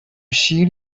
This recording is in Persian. شیر